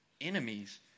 enemies